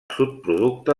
subproducte